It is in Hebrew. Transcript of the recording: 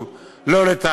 שוב: לא לטעמי,